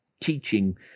teaching